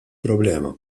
problema